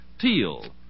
teal